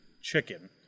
chicken